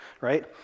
right